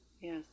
yes